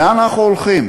לאן אנחנו הולכים?